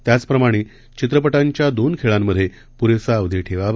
त्याचप्रमाणेचित्रपटांच्यादोनखेळांमध्येपुरेसाअवधीठेवावा